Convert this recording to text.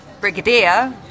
Brigadier